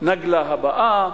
לנאגלה הבאה,